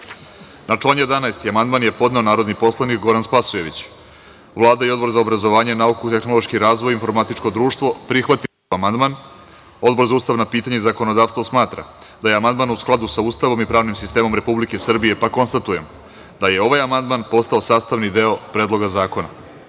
član 11. amandman je podneo narodni poslanik Goran Spasojević. Vlada i Odbor za obrazovanje, nauku, tehnološki razvoj i informatičko društvo prihvatili su amandman, a Odbor za ustavna pitanja i zakonodavstvo smatra da je amandman u skladu sa Ustavom i pravnim sistemom Republike Srbije, pa konstatujem da je ovaj amandman postao sastavni deo Predloga zakona. Da